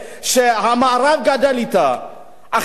החבר'ה האלה הגיעו לכאן עם התחושה הזאת,